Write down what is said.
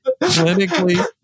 Clinically